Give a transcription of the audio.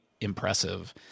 impressive